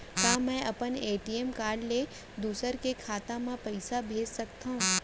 का मैं अपन ए.टी.एम कारड ले दूसर के खाता म पइसा भेज सकथव?